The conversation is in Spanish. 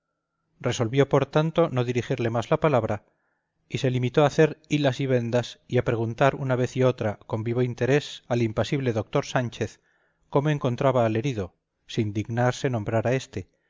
resolvió por tanto no dirigirle más la palabra y se limitó a hacer hilas y vendas y a preguntar una vez y otra con vivo interés al impasible doctor sánchez cómo encontraba al herido sin dignarse nombrar a éste y si llegaría a